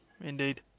indeed